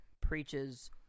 preaches